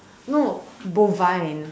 no bovine